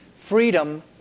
Freedom